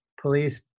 police